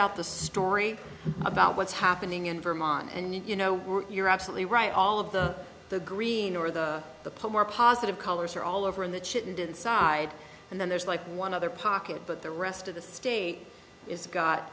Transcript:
out the story about what's happening in vermont and you know you're absolutely right all of the the green or the put more positive colors are all over in the chittenden side and then there's like one other pocket but the rest of the state is got